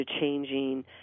changing